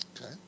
Okay